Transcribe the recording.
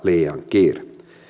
kiire